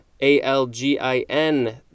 A-L-G-I-N